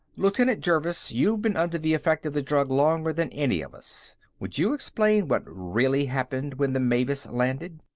lieutenant jervis, you've been under the effect of the drug longer than any of us. would you explain what really happened when the mavis landed?